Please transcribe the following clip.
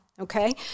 Okay